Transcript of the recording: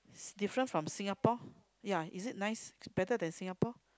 different from Singapore ya is it nice better than Singapore